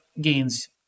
gains